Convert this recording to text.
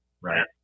right